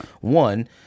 One